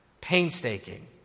Painstaking